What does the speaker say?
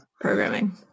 Programming